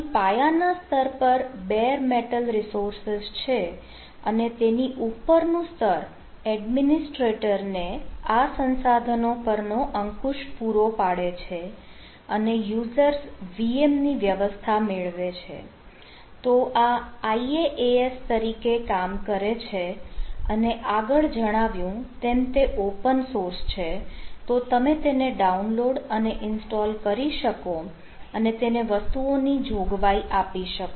અહીં પાયાના સ્તર પર બેર મેટલ રીસોર્સીસ અને ઇન્સ્ટોલ કરી શકો અને તેને વસ્તુઓની જોગવાઈ આપી શકો